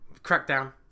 crackdown